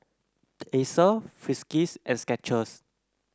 Acer Friskies and Skechers